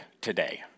today